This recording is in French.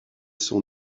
son